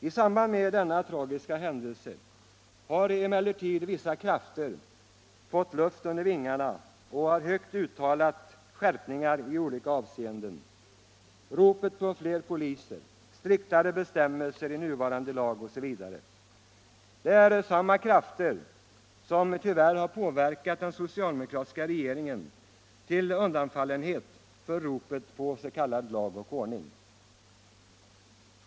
I samband med denna tragiska händelse har emellertid vissa krafter fått luft under vingarna och högt uttalat krav på skärpningar i olika avseenden — det har hörts rop på fler poliser, striktare bestämmelser i nuvarande lag osv. Samma krafter har tyvärr påverkat den socialdemokratiska regeringen så att den visar undfallenhet för ropet på s.k. lag och ordning.